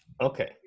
Okay